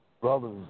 brothers